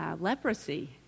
leprosy